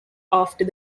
after